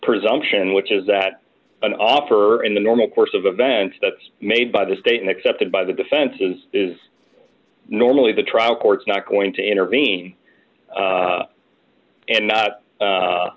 presumption which is that an offer in the normal course of events that made by the state and accepted by the defense is is normally the trial court's not going to intervene and not